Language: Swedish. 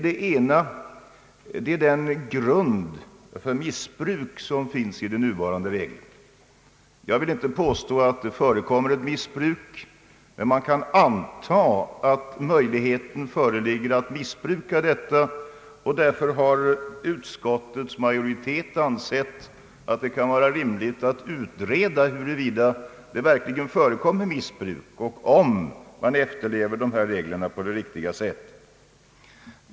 Den ena orsaken är den grund för missbruk som finns i nuvarande regler. Jag vill inte påstå att det förekommer ett missbruk, men man kan anta att möjlighet till missbruk föreligger. Därför har utskottsmajoriteten ansett att det kan vara rimligt att utreda huruvida det verkligen förekommer missbruk och om reglerna efterlevs på ett riktigt sätt.